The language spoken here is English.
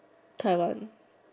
Taiwan